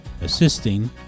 assisting